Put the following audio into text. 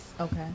Okay